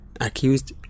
accused